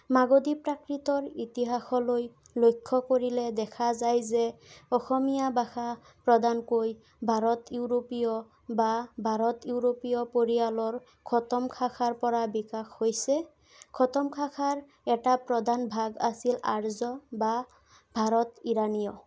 মাগদী প্ৰাকৃতৰ ইতিহাসলৈ লক্ষ্য কৰিলে দেখা যায় যে অসমীয়া ভাষা প্ৰদানকৈ ভাৰত ইউৰোপীয় বা ভাৰত ইউৰোপীয় পৰিয়ালৰ সপ্তম শাখাৰ পৰা বিকাশ হৈছে সপ্তম শাখাৰ এটা প্ৰধান ভাগ আছিল আৰ্য বা ভাৰত ইৰাণীয়